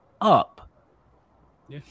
up